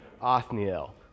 Othniel